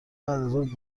بعدازظهر